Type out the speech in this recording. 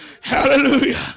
hallelujah